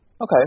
Okay